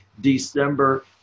December